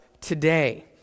today